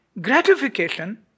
gratification